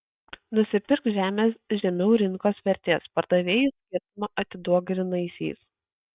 nusipirk žemės žemiau rinkos vertės pardavėjui skirtumą atiduok grynaisiais